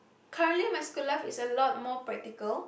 currently my school life is a lot more practical